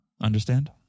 Understand